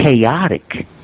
chaotic